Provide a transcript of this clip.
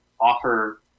offer